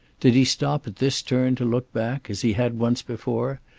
did he stop at this turn to look back, as he had once before?